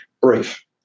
brief